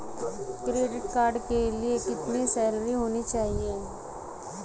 Credit card के लिए कितनी सैलरी होनी चाहिए?